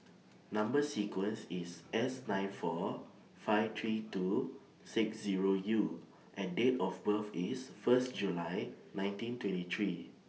Number sequence IS S nine four five three two six Zero U and Date of birth IS First July nineteen twenty three